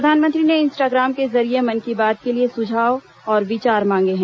प्रधानमंत्री ने इंस्टाग्राम के जरिये मन की बात के लिए सुझाव और विचार मांगे हैं